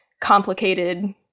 complicated